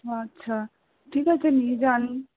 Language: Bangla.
আচ্ছা ঠিক আছে নিয়ে যান